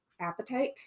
appetite